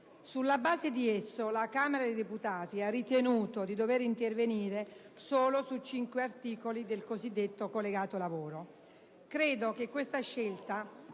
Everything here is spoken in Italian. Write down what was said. Sulla base di esso la Camera dei deputati ha ritenuto di dover intervenire solo su cinque articoli del cosiddetto collegato lavoro. Credo che questa scelta,